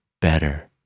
better